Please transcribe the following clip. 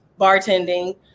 bartending